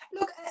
Look